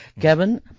Kevin